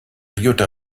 jutta